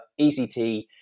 ECT